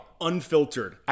unfiltered